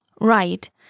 Right